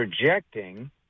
rejecting